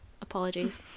Apologies